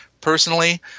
personally